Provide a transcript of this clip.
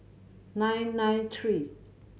nine nine three